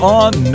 on